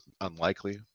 unlikely